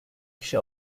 kişi